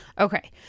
Okay